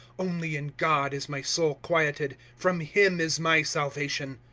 only in god is my soul quieted from him is my salvation.